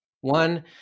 One